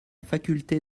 faculté